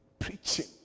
Preaching